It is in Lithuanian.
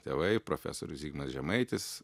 tėvai profesorius zigmas žemaitis